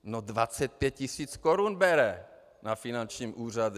No 25 tisíc korun bere na finančním úřadě.